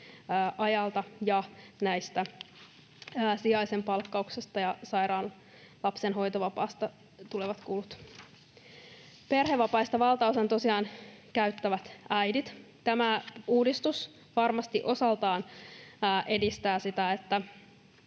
ajalta ja sijaisen palkkauksesta ja sairaan lapsen hoitovapaasta tulevat kulut. Perhevapaista valtaosan tosiaan käyttävät äidit. Tämä uudistus varmasti osaltaan edistää sitä, että